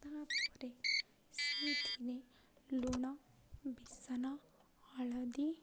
ତାପରେ ସେଇଥିରେେ ଲୁଣ ବେସନ ହଳଦୀ